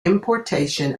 importation